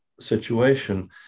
situation